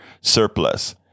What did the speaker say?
surplus